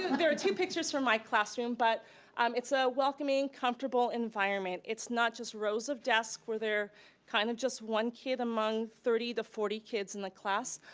there are two pictures from my classroom, but um it's a welcoming, comfortable environment. it's not just rows of desks where they're kind of just one kid among thirty to forty kids in the class.